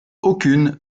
aucun